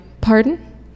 pardon